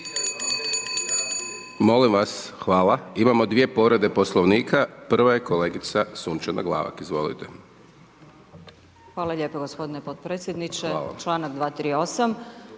Molim vas, hvala. Imamo dvije povrede Poslovnika, prva je kolegica Sunčana Glavak, izvolite. **Glavak, Sunčana (HDZ)** Hvala lijepo gospodine potpredsjedniče. Članak 238.,